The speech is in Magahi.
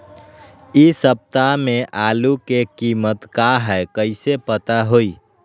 इ सप्ताह में आलू के कीमत का है कईसे पता होई?